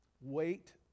Wait